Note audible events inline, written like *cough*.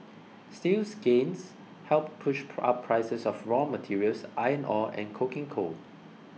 steel's gains helped push *noise* up prices of raw materials iron ore and coking coal